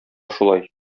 шулай